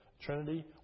Trinity